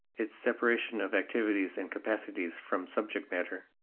its separation of activities and capacities from subject matter.